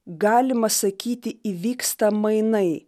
galima sakyti įvyksta mainai